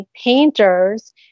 painters